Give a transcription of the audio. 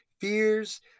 fears